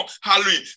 Hallelujah